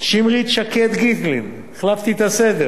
שמרית שקד-גיטלין, החלפתי את הסדר